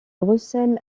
recèle